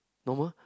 normal